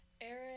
Eric